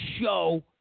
show